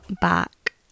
back